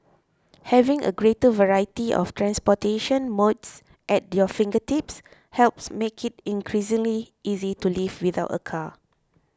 having a greater variety of transportation modes at your fingertips helps make it increasingly easy to live without a car